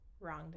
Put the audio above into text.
wrong